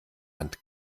hand